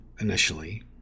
initially